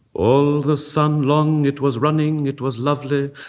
all the sun long it was running, it was lovely,